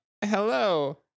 hello